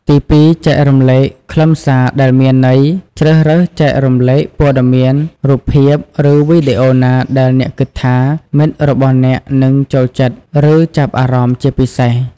ទីពីរ ចែករំលែកខ្លឹមសារដែលមានន័យ ជ្រើសរើសចែករំលែកព័ត៌មាន រូបភាព ឬវីដេអូណាដែលអ្នកគិតថាមិត្តរបស់អ្នកនឹង ចូលចិត្ត ឬ ចាប់អារម្មណ៍ ជាពិសេស។